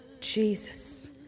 Jesus